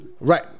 right